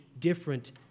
different